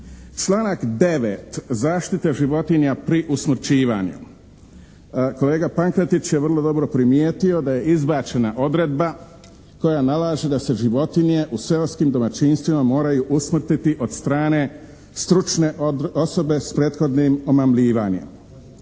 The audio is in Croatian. Članak 9. zaštita životinja pri usmrćivanju. Kolega Pankretić je vrlo dobro primijetio da je izbačena odredba koja nalaže da se životinje u seoskim domaćinstvima moraju usmrtiti od strane stručne osobe s prethodnim omamljivanjem.